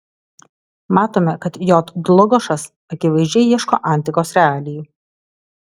matome kad j dlugošas akivaizdžiai ieško antikos realijų